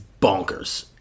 bonkers